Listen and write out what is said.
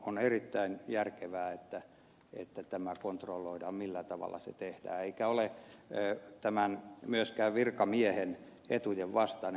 on erittäin järkevää että kontrolloidaan millä tavalla se tehdään eikä tämä ole myöskään virkamiehen etujen vastainen